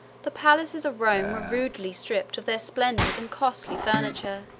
the palaces of rome were rudely stripped of their splendid and costly furniture.